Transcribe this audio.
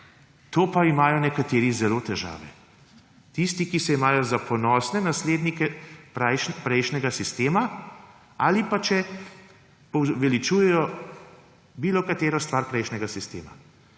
Tu pa imajo nekateri velike težave. Tisti, ki se imajo za ponosne naslednike prejšnjega sistema ali če poveličujejo bilo katero stvar prejšnjega sistema.